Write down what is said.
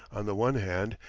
on the one hand,